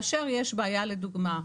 כאשר יש בעיה לדוגמה,